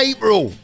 April